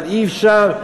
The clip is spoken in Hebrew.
אבל אי-אפשר,